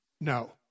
no